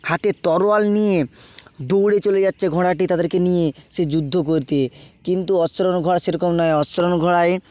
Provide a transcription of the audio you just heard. হাতে তরোয়াল নিয়ে দৌড়ে চলে যাচ্ছে ঘোড়াটি তাদেরকে নিয়ে সে যুদ্ধ করতে কিন্তু অশ্বারোহণ ঘোড়া সেরকম নয় অশ্বারোহণ ঘোড়ায়